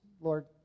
Lord